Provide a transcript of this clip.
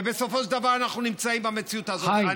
ובסופו של דבר, אנחנו נמצאים במציאות הזאת.